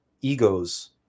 egos